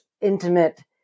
intimate